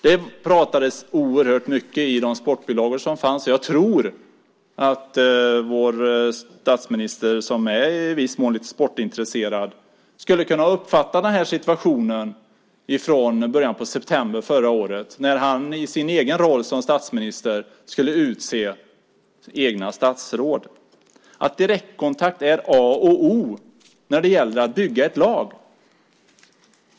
Det skrevs oerhört mycket i de sportbilagor som fanns, och jag tror att vår i viss mån sportintresserade statsminister skulle kunna ha uppfattat denna situation i början av september förra året när han i sin egen roll som statsminister skulle utse egna statsråd. Direktkontakt är A och O när det gäller att bygga ett lag.